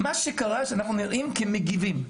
מה שקורה זה שאנחנו נראים כמגיבים,